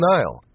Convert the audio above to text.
Nile